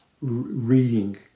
reading